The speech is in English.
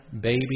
baby